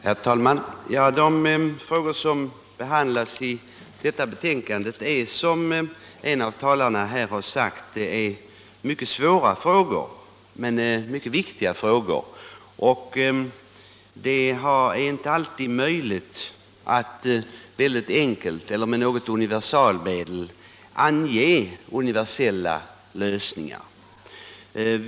Herr talman! De frågor som behandlas i detta betänkande är som en av talarna här har sagt mycket svåra men mycket viktiga, och det är inte alltid möjligt att ange enkla och universella lösningar.